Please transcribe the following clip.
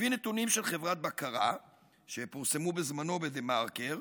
לפי נתונים של חברת בקרה שפורסמו בזמנו בדה-מרקר,